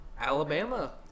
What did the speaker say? Alabama